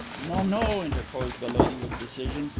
no, no, interposed the lady, with decision,